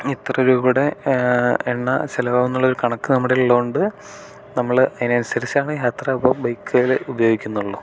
ഇത്ര രൂപയുടെ എണ്ണ ചിലവാകുയെന്നുള്ളൊരു കണക്ക് നമ്മുടെ കയ്യിലുള്ളതുകൊണ്ട് നമ്മൾ അതിനനുസരിച്ചാണ് യാത്ര ഇപ്പം ബൈക്കുകൾ ഉപയോഗിക്കുന്നുള്ളു